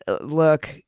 look